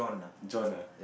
John ah